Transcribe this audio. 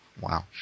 Wow